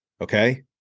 okay